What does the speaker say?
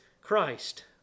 Christ